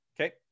Okay